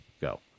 go